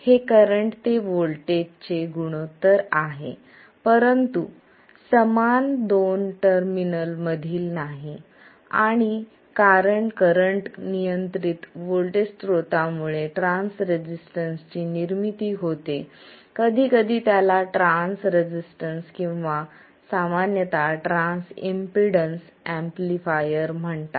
हे करंट ते व्होल्टेज चे गुणोत्तर आहे परंतु समान दोन टर्मिनल मधील नाही आणि कारण करंट नियंत्रित व्होल्टेज स्त्रोतामुळे ट्रान्स रेसिस्टन्सची निर्मिती होते कधीकधी त्याला ट्रान्स रेसिस्टेंस किंवा सामान्यत ट्रान्स इम्पेडन्स एम्पलीफायर म्हणतात